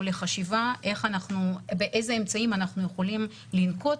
לחשיבה באיזה אמצעים אנחנו יכולים לנקוט,